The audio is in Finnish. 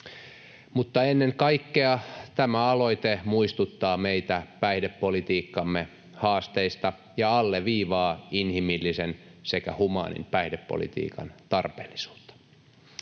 Mutta ennen kaikkea tämä aloite muistuttaa meitä päihdepolitiikkamme haasteista ja alleviivaa inhimillisen sekä humaanin päihdepolitiikan tarpeellisuutta.